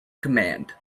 command